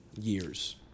years